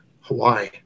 Hawaii